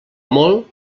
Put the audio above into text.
molt